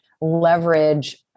leverage